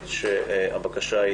הבקשה היא